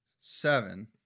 seven